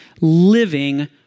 living